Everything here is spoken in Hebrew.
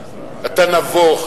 אתה נבוך,